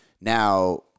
now